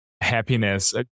happiness